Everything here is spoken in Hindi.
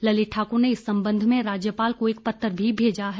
ललित ठाकुर ने इस संबंध में राज्यपाल को एक पत्र भी भेजा है